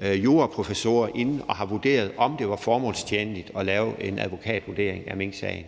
juraprofessorer inde at vurdere, om det var formålstjenligt at lave en advokatvurdering af minksagen.